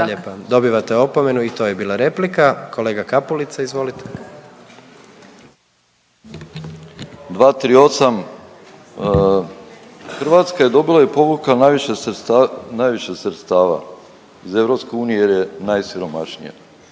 Dobivate opomenu, i to je bila replika. Kolega Kapulica, izvolite. **Kapulica, Mario (HDZ)** 238, Hrvatska je dobila i povukla najviše sredstava iz EU jer je najsiromašnija.